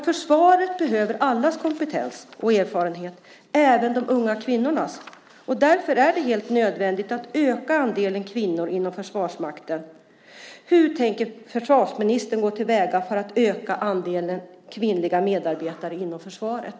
Försvaret behöver nämligen allas kompetens och erfarenhet, även de unga kvinnornas. Därför är det helt nödvändigt att man ökar andelen kvinnor inom Försvarsmakten. Hur tänker försvarsministern gå till väga för att öka andelen kvinnliga medarbetare inom försvaret?